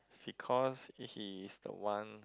because he's the one